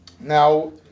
Now